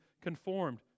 conformed